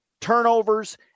turnovers